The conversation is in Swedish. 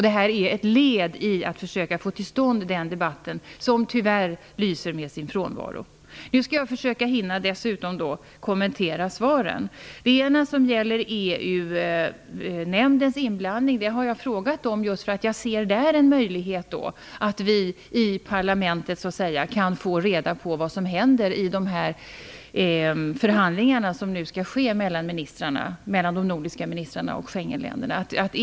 Det här är ett led i att försöka få till stånd den debatten, som tyvärr lyser med sin frånvaro. Nu skall jag dessutom försöka hinna kommentera svaret. Jag ställde frågan om EU-nämndens inblandning, eftersom jag ser det som en möjlighet för oss i parlamentet att få reda på vad som händer i de förhandlingar som nu skall ske mellan de nordiska ministrarna och företrädare för Schengenländerna.